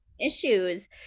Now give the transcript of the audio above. issues